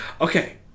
okay